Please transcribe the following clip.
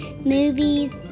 movies